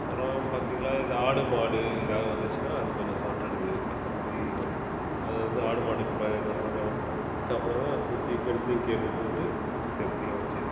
அப்புறம் பார்த்தீங்களா இது ஆடு மாடு ஏதாவது வந்துச்சுன்னால் அது கொஞ்சம் சாப்பிட்டுது மற்றபடி எதுவும் இல்லை அது வந்து ஆடு மாடுக்கு பயம் இல்லாமல் இருக்க சாப்பிடாது சுற்றி ஃபென்சிங் கேபிள் போட்டு சேஃப்ட்டியாக வச்சுருப்போம்